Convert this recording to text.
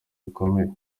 bikomeye